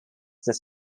this